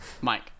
Mike